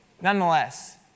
Nonetheless